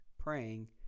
praying